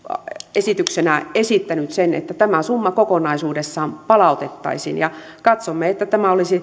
vioesityksenä esittänyt että tämä summa kokonaisuudessaan palautettaisiin katsomme että tämä olisi